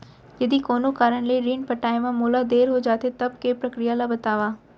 यदि कोनो कारन ले ऋण पटाय मा मोला देर हो जाथे, तब के प्रक्रिया ला बतावव